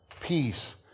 peace